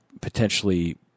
potentially